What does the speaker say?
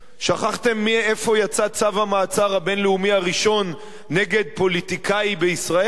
שכחתם מאיפה יצא צו המעצר הבין-לאומי הראשון נגד פוליטיקאי בישראל?